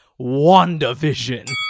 WandaVision